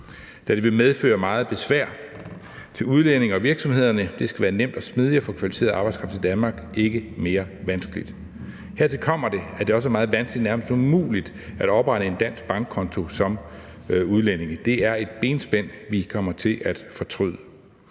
da det vil medføre meget besvær for udlændinge og virksomhederne. Det skal være nemt og smidigt at få kvalificeret arbejdskraft til Danmark, ikke mere vanskeligt. Hertil kommer, at det også er meget vanskeligt, nærmest umuligt, at oprette en dansk bankkonto som udlænding. Det er et benspænd, vi kommer til at fortryde.